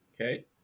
Okay